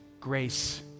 grace